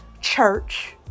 church